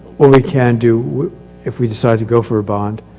or we can do if we decide to go for a bond.